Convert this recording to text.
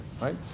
right